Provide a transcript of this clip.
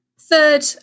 Third